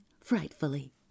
frightfully